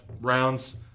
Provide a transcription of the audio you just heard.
rounds